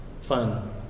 fun